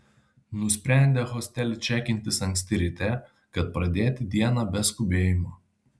nusprendė hostely čekintis anksti ryte kad pradėti dieną be skubėjimo